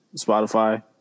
Spotify